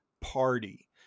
party